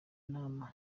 nama